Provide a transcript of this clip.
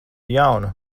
jauna